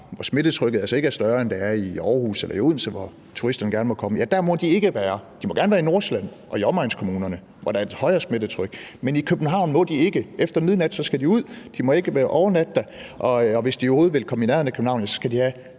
hvor smittetrykket altså ikke er større, end det er i Aarhus eller Odense, hvor turisterne gerne må komme, de ikke må være. De må gerne være i Nordsjælland og i omegnskommunerne, hvor der er et højere smittetryk, men i København må de ikke. Efter midnat skal de ud, og de må ikke overnatte der, og hvis de overhovedet vil komme i